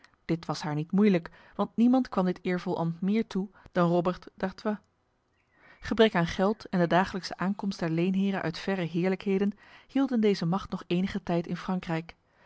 dit was haar niet moeilijk want niemand kwam dit eervol ambt meer toe dan robert d'artois gebrek aan geld en de dagelijkse aankomst der leenheren uit verre heerlijkheden hielden deze macht nog enige tijd in frankrijk